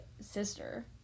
sister